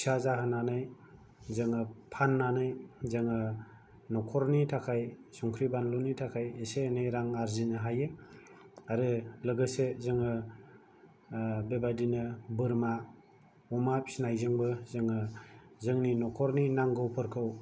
फिसा जाहोनानै जोङो फाननानै जोङो न'खरनि थाखाय संख्रि बानलुनि थाखाय एसे एनै रां आरजिनो हायो आरो लोगोसे जोङो बेबायदिनो बोरमा अमा फिनायजोंबो जोङो जोंनि न'खरनि नांगौफोरखौ